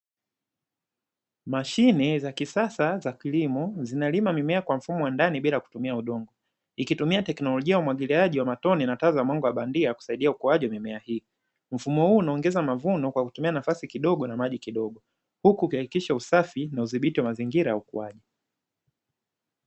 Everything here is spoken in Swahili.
Mashine za kisasa za kilimo zinalima mimea kwa mfumo wa ndani bila kutumia udongo, ikitumia teknolojia ya umwagiliaji wa matone na taa za mwanga wa bandia kusaidia ukuaji wa mimea hii. Mfumo huu unaongeza mavuno kwa kutumia nafasi kidogo na maji kidogo, huku ikihakikisha usafi na udhibiti wa mazingira ya ukuaji.